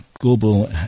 global